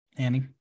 Annie